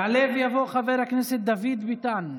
יעלה ויבוא חבר הכנסת דוד ביטן,